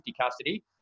custody